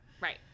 Right